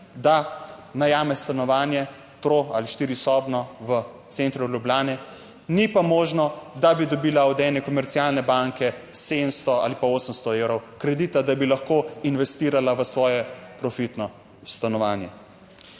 da najame stanovanje, tro- ali štirisobno v centru Ljubljane. Ni pa možno, da bi dobila od ene komercialne banke 700 ali pa 800 evrov kredita, da bi lahko investirala v svoje profitno stanovanje.